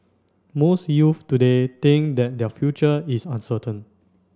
most youths today think that their future is uncertain